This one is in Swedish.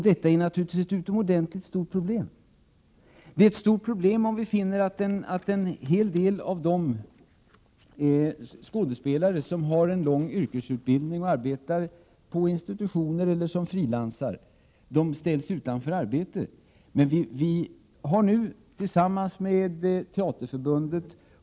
Det är naturligtvis ett stort problem om en hel del av de skådespelare som har en lång yrkesutbildning och som arbetar på institutioner eller som frilansar ställs utanför arbetsmarknaden.